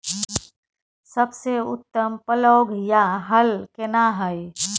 सबसे उत्तम पलौघ या हल केना हय?